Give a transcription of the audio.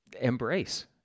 embrace